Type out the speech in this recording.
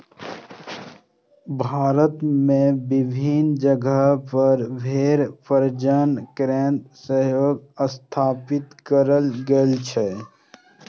भारत मे विभिन्न जगह पर भेड़ प्रजनन केंद्र सेहो स्थापित कैल गेल छै